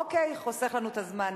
אוקיי, חוסך לנו את הזמן.